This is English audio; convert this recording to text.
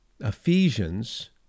Ephesians